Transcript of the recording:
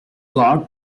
god